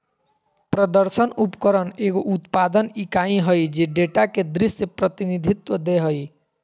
प्रदर्शन उपकरण एगो उत्पादन इकाई हइ जे डेटा के दृश्य प्रतिनिधित्व दे हइ